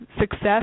success